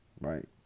right